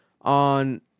on